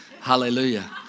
Hallelujah